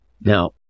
Now